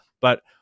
But-